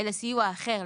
אלא סיוע אחר,